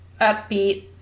upbeat